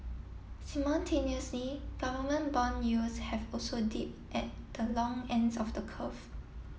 simultaneously government bond yields have also dipped at the long ends of the curve